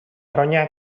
ronya